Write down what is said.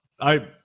I-